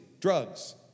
drugs